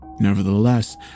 Nevertheless